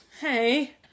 Hey